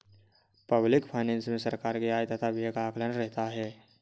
public finance मे सरकार के आय तथा व्यय का आकलन रहता है